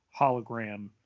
hologram